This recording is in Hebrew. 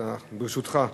כן.